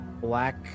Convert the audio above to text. black